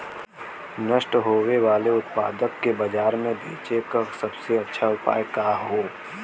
नष्ट होवे वाले उतपाद के बाजार में बेचे क सबसे अच्छा उपाय का हो?